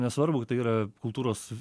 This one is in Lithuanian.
nesvarbu tai yra kultūros